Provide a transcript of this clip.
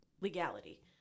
legality